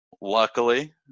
luckily